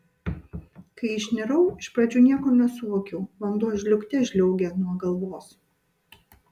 kai išnirau iš pradžių nieko nesuvokiau vanduo žliaugte žliaugė nuo galvos